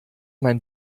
mein